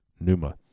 NUMA